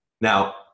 Now